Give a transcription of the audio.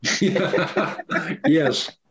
Yes